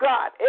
God